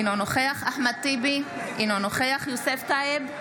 אינו נוכח אחמד טיבי, אינו נוכח יוסף טייב,